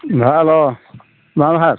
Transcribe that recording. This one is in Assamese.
ভাল অ তোমাৰ ভাল